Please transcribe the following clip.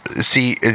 see